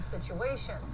situation